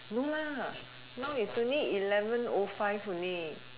no lah now is only eleven o five only